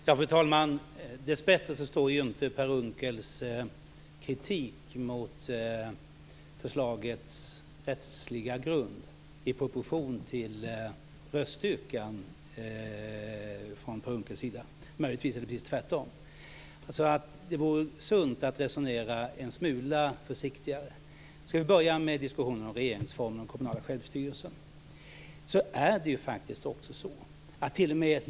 Fru talman! Dessbättre står inte Per Unckels kritik mot förslagets rättsliga grund i proportion till röststyrkan. Möjligtvis är det precis tvärtom. Det vore sunt att resonera en smula försiktigare. Låt oss börja med diskussionen om regeringsformen och den kommunala självstyrelsen. Det är ju så att t.o.m.